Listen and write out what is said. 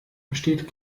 besteht